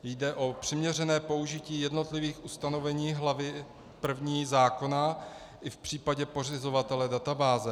Jde o přiměřené použití jednotlivých ustanovení hlavy první zákona i v případě pořizovatele databáze.